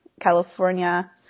California